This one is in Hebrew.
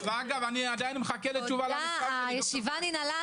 תודה רבה, הישיבה נעולה.